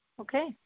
Okay